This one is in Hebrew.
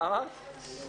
הישיבה ננעלה בשעה 15:58.